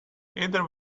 either